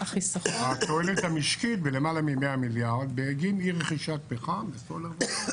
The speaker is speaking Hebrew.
התועלת המשקית היא למעלה מ-100 מיליארד בגין אי רכישת פחם וסולר.